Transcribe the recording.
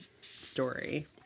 story